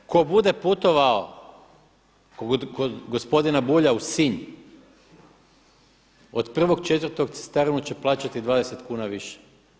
Tko bude putovao kod gospodina Bulja u Sinj, od 1.4. cestarinu će plaćati 20 kuna više.